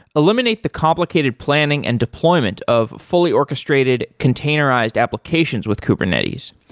eliminate the complicated planning and deployment of fully orchestrated containerized applications with kubernetes.